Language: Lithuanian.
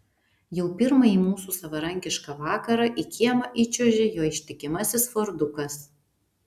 jau pirmąjį mūsų savarankišką vakarą į kiemą įčiuožia jo ištikimasis fordukas